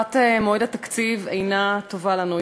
הארכת מועד התקציב אינה טובה לנו.